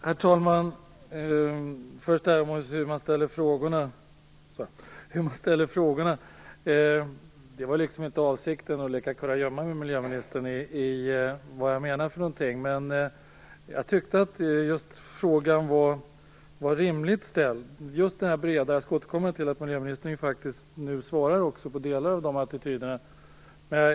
Herr talman! När det gäller hur man ställer frågorna för att det skall framgå vad man menar vill jag säga att min avsikt inte var att leka kurragömma med miljöministern. Jag tyckte att frågan var rimligt ställd - jag skall återkomma till att miljöministern nu faktiskt också svarar på det som gällde de attityderna.